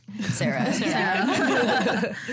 Sarah